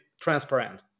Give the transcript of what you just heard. transparent